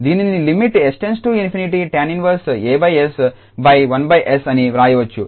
దీనిని limit 𝑠→∞ tan−1𝑎𝑠 1𝑠 అని వ్రాయవచ్చు